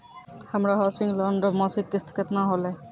हमरो housing loan रो मासिक किस्त केतना होलै?